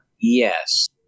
Yes